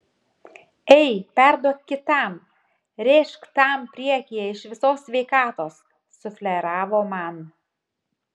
ei perduok kitam rėžk tam priekyje iš visos sveikatos sufleravo man